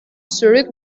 zurück